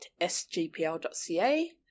sgpl.ca